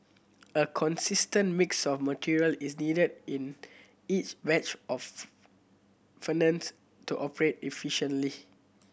a consistent mix of material is needed in each batch of furnace to operate efficiently